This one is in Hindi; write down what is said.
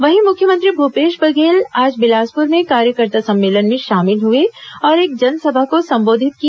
वहीं मुख्यमंत्री भूपेश बघेल आज बिलासपुर में कार्यकर्ता सम्मलेन में शामिल हुए और एक जनसभा को संबोधित किया